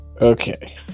Okay